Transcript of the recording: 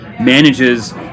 manages